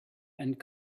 and